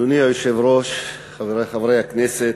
אדוני היושב-ראש, חברי חברי הכנסת,